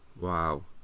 Wow